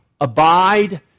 abide